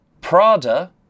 Prada